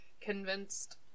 convinced